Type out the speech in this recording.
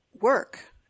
work